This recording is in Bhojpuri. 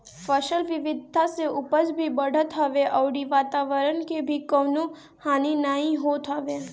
फसल विविधता से उपज भी बढ़त हवे अउरी वातवरण के भी कवनो हानि नाइ होत हवे